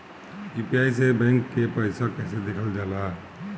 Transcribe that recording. UPI से bank के पैसा कैसे देखल जाला?